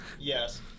Yes